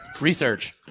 research